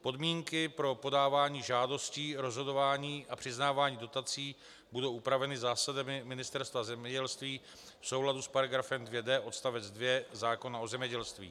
Podmínky pro podávání žádostí, rozhodování a přiznávání dotací budou upraveny zásadami Ministerstva zemědělství v souladu s § 2d odst. 2 zákona o zemědělství.